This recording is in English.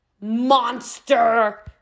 monster